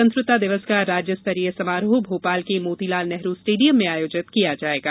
स्वतंत्रता दिवस का राज्य स्तरीय समारोह भोपाल के मोतीलाल नेहरू स्टेडियम में आयोजित किया जाएगा